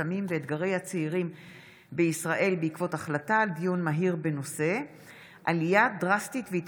סמים ואתגרי הצעירים בישראל בעקבות דיון מהיר בהצעתם של